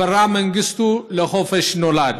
אברה מנגיסטו לחופש נולד.